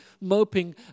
moping